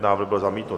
Návrh byl zamítnut.